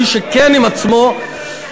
מי שכן עם עצמו,